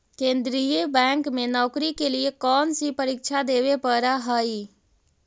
केन्द्रीय बैंक में नौकरी के लिए कौन सी परीक्षा देवे पड़ा हई